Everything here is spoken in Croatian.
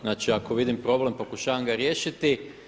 Znači, ako vidim problem pokušavam ga riješiti.